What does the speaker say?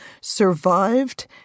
survived